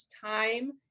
time